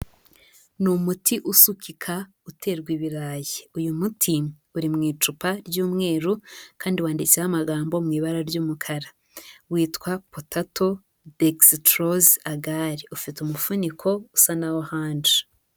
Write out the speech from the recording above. Ni umuti usukika uterwa ibirayi, uyu muti uri mu icupa ry'umweru kandi wanditseho amagambo mu ibara ry'umukara, witwa potato dexdrose agar, ufite umufuniko usa na orange.